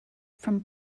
from